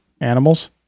Animals